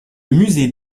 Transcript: musée